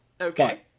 Okay